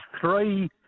three